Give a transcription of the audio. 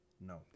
No